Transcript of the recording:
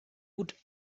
would